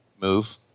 move